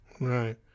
Right